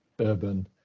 urban